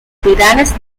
titanes